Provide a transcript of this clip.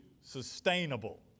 sustainable